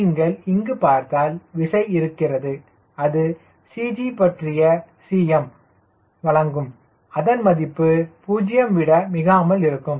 நீங்கள் இங்கு பார்த்தால் விசை இருக்கிறது அது CG பற்றிய Cm வழங்கும் அதன் மதிப்பு 0 விட மிகாமல் இருக்கும்